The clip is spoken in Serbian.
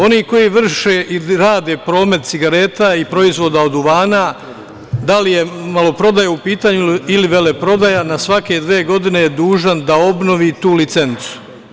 Oni koji vrše i rade promet cigarete i proizvoda od duvana, da li je maloprodaja u pitanju ili veleprodaja, na svake dve godine je dužan da obnovi tu licencu.